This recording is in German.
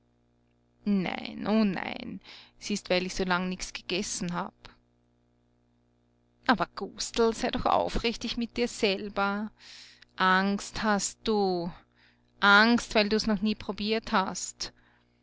nein o nein es ist weil ich so lang nichts gegessen hab aber gustl sei doch aufrichtig mit dir selber angst hast du angst weil du's noch nie probiert hast